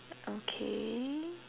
okay